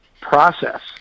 process